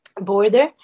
border